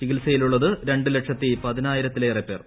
ചികിത്സയിലുള്ളത് രണ്ട് ലക്ഷത്തി പതിനായിരത്തിലേറെ പേർ